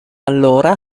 allora